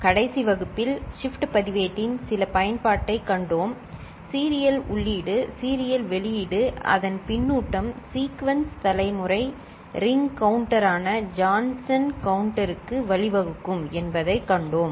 கடைசி வகுப்பில் ஷிப்ட் பதிவேட்டின் சில பயன்பாட்டைக் கண்டோம் சீரியல் இன் சீரியல் வெளியீடு அதன் பின்னூட்டம் சீக்வென்ஸ் தலைமுறை ரிங் கவுண்டரான ஜான்சன் கவுண்டருக்கு வழிவகுக்கும் என்பதைக் கண்டோம்